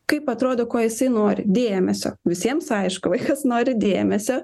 kaip atrodo ko jisai nori dėmesio visiems aišku vaikas nori dėmesio